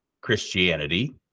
christianity